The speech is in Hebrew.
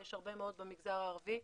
יש הרבה מאוד במגזר הערבי,